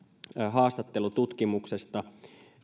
haastattelututkimuksesta